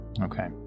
Okay